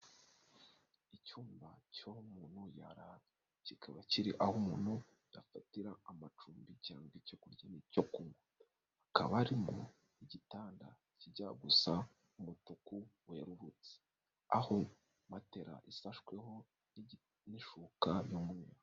Icyumba cyuwo muntu kikaba kiri aho umuntu yafatira amacumbi cyangwa icyo kurya n'icyo kunywa, akaba arimo igitanda kijya gusa umutuku, waruhutse aho matela yafashweho imifuka y'umweru.